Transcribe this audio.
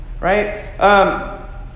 right